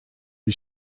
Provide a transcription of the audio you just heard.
wie